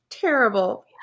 terrible